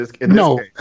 No